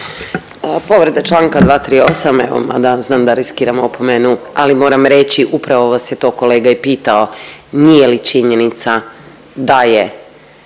Povreda članka 238. Evo mada znam da riskiram opomenu, ali moram reći upravo vas je to kolega i pitao nije li činjenica to